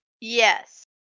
Yes